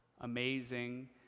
amazing